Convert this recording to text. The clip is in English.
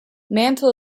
mantle